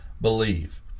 believe